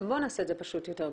בואו נעשה את זה פשוט יותר.